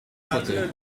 frotter